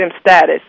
status